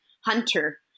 hunter